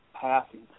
passing